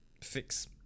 fix